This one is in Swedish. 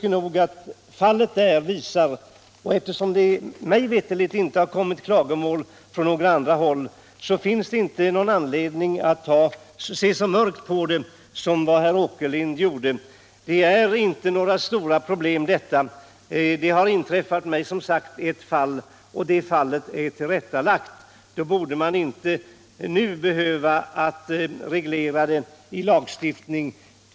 Eftersom det mig veterligt inte har kommit klagomål från några andra håll så tycker jag inte att det finns någon anledning att se så mörkt på situationen som herr Åkerlind gjorde. Detta är inte några stora problem. Det har som sagt inträffat ett fall, och det fallet är tillrättalagt. Då borde man inte nu behöva reglera i lagstiftning.